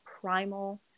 primal